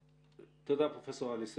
שיבא,